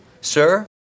sir